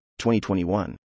2021